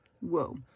Whoa